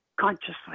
consciously